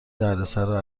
دردسرا